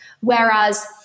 Whereas